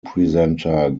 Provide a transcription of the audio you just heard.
presenter